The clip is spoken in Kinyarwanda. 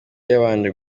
yabanje